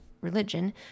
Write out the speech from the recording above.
religion